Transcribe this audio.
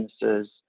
businesses